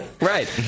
Right